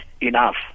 enough